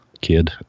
kid